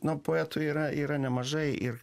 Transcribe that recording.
na poetų yra yra nemažai ir